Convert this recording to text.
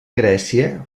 grècia